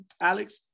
Alex